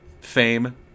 fame